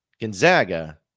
Gonzaga